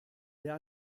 der